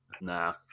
Nah